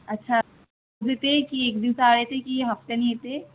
अच्छा येते आहे की एकदिवसा आड येते की हप्त्याने येते